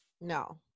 No